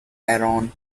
aaron